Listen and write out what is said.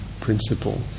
principle